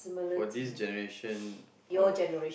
for this generation of